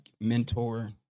mentor